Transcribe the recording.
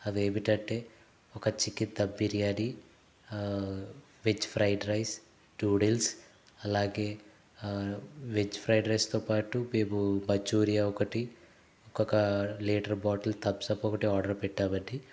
అవి ఏమిటంటే ఒక chicken dum biryani veg fried rice noodles అలాగే వెజ్ ఫ్రైడ్రైస్తో పాటు మేము మంచురియా ఒకటి ఒక లీటర్ బాటిల్ తంసప్ ఒకటి ఆర్డర్ పెట్టామండి